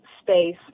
space